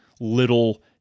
little